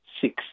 six